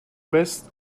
best